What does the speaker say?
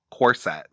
corset